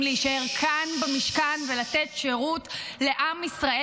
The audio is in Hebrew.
להישאר כאן במשכן ולתת שירות לעם ישראל,